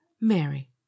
Mary